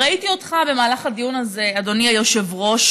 ראיתי אותך במהלך הדיון הזה, אדוני היושב-ראש,